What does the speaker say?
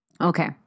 Okay